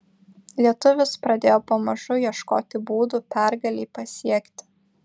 lietuvis pradėjo pamažu ieškoti būdų pergalei pasiekti